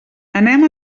anem